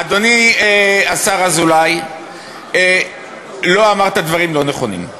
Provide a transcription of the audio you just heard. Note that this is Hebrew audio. אדוני השר אזולאי, לא אמרת דברים לא נכונים.